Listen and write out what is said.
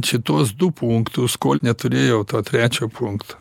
šituos du punktus kol neturėjau to trečio punkto